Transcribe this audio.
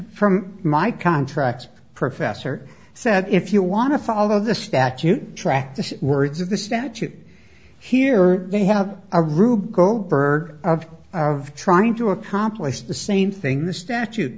from my contracts professor said if you want to follow the statute track the words of the statute here they have a rube goldberg of trying to accomplish the same thing the statute